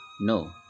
no